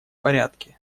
порядке